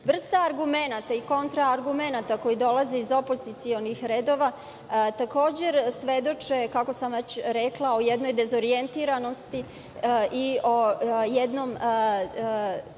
argumenata i kontra-argumenata koji dolaze iz opozicionih redova takođe svedoče, kako sam već rekla, o jednoj dezorijentiranosti i o jednom